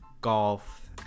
golf